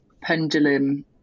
pendulum